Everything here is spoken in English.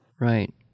Right